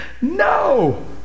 no